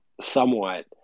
somewhat